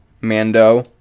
Mando